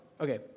Okay